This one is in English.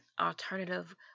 alternative